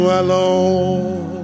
alone